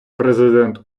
президент